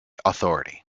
authority